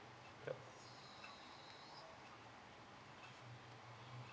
yup